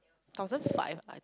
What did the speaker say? thousand five ah